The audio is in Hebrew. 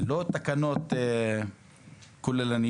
לא תקנות כוללניות.